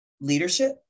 leadership